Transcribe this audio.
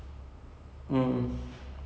then the other guy was